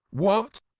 what!